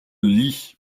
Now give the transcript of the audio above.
lit